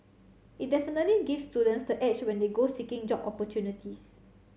it definitely gives students the edge when they go seeking job opportunities